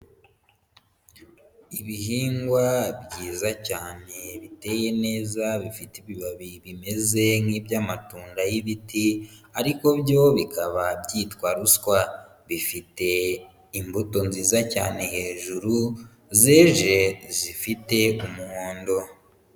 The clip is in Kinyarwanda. Ibihingwa byiza cyane biteye neza, bifite ibibabi bimeze nk'iby'amatunda y'ibiti ariko byo bikaba byitwa ruswa, bifite imbuto nziza cyane hejuru zeje zifite umuhondo.